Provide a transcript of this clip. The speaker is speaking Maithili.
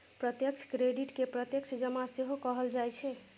प्रत्यक्ष क्रेडिट कें प्रत्यक्ष जमा सेहो कहल जाइ छै